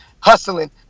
Hustling